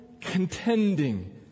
contending